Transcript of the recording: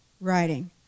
writing